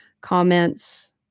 comments